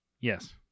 Yes